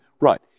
right